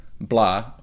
blah